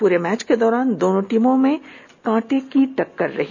पूरे मैच के दौरान दोनों टीमों ने कांटे की टक्कर दी